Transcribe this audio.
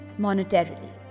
monetarily